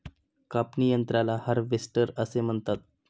कापणी यंत्राला हार्वेस्टर असे म्हणतात